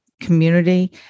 community